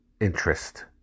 interest